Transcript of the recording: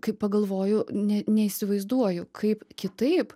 kai pagalvoju ne neįsivaizduoju kaip kitaip